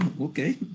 okay